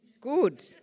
Good